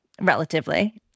Relatively